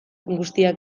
guztiak